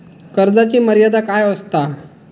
कर्जाची मर्यादा काय असता?